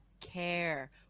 care